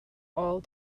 all